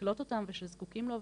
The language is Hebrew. לקלוט אותם ושזקוקים לעובדים,